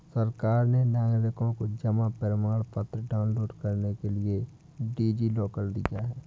सरकार ने नागरिकों को जमा प्रमाण पत्र डाउनलोड करने के लिए डी.जी लॉकर दिया है